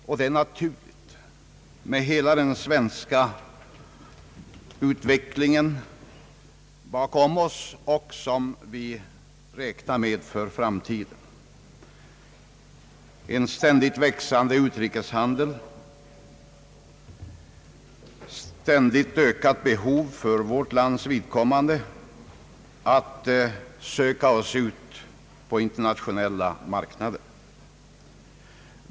Och det är naturligt med hänsyn till hela den svenska utveckling vi har bakom oss och som vi räknar med för framtiden: en ständigt växande utrikeshandel och ständigt ökat behov för vårt lands vidkommande att söka oss ut på internationella marknader.